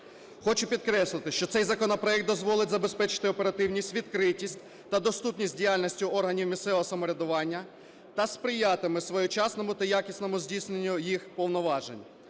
Хочу підкреслити, що цей законопроект дозволить забезпечити оперативність, відкритість та доступність діяльності органів місцевого самоврядування та сприятиме своєчасному та якісному здійсненню їх повноважень.